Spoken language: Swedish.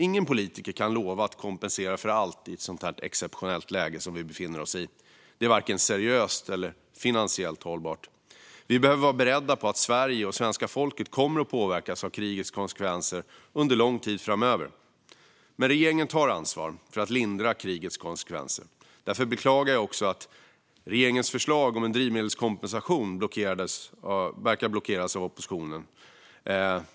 Ingen politiker kan lova att kompensera för allt i ett så exceptionellt läge som det vi befinner oss i. Det är varken seriöst eller finansiellt hållbart. Vi behöver vara beredda på att Sverige och svenska folket kommer att påverkas av krigets konsekvenser under lång tid framöver. Men regeringen tar ansvar för att lindra krigets konsekvenser. Därför beklagar jag också att regeringens förslag om en drivmedelskompensation verkar blockeras av oppositionen.